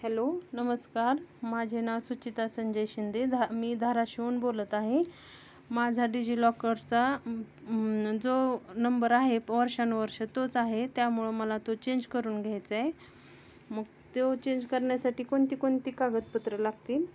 hello नमस्कार माझे नाव सुचेता संजय शिंदे धा मी धाराशिवहून बोलत आहे माझा डिजिलॉकरचा जो नंबर आहे वर्षानुवर्ष तोच आहे त्यामुळे मला तो चेंज करून घ्यायचा आहे मग तो चेंज करण्यासाठी कोणती कोणती कागदपत्र लागतील